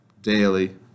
daily